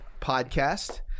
Podcast